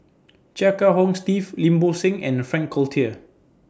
Chia Kiah Hong Steve Lim Bo Seng and Frank Cloutier